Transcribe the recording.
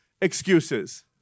excuses